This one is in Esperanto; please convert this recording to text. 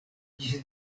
ĝis